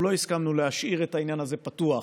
אנחנו לא הסכמנו להשאיר את העניין הזה פתוח,